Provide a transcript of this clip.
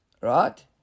Right